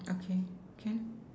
okay can